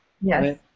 Yes